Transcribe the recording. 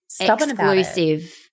exclusive